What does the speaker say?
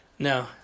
No